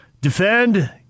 defend